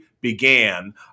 began